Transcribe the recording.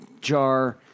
jar